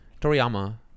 Toriyama